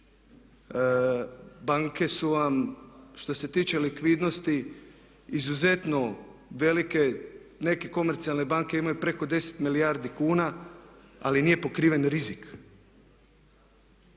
Banke su vam što se tiče likvidnosti izuzetno velike. Neke komercijalne banke imaju preko 10 milijardi kuna ali nije pokriven rizik.